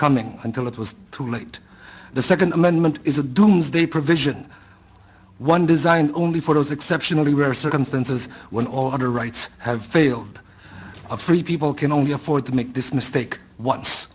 coming until it was too late the second amendment is a doomsday provision one designed only for those exceptionally rare circumstances when all other rights have failed a free people can only afford to make this mistake once